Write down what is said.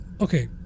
Okay